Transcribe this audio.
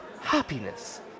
happiness